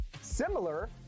similar